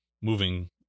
moving